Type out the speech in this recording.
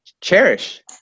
Cherish